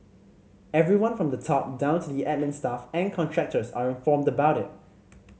everyone from the top down to the admin staff and contractors are informed about it